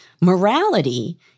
morality